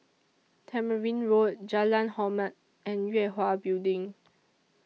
Tamarind Road Jalan Hormat and Yue Hwa Building